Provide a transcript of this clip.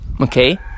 okay